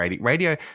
Radio